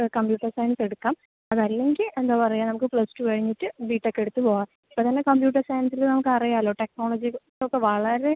computer science എടുക്കാം അതെല്ലെങ്കിൽ എന്താ പറയ്ക നമക്ക് പ്ലസ്ടൂ കഴിഞ്ഞിട്ട് ബിടെക്ക് എടുത്ത് പോകാം ഇപ്പൊതന്നെ കമ്പ്യൂട്ടർ സയൻസില് നമ്മക്കറിയാലോ ടെക്നോളജീസൊക്കെ വളരെ